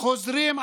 חבר הכנסת מיקי לוי,